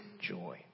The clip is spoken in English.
joy